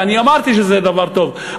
ואני אמרתי שזה דבר טוב,